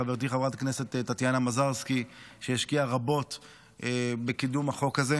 חברתי חברת הכנסת טטיאנה מזרסקי השקיעה רבות בקידום החוק הזה.